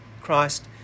Christ